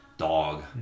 dog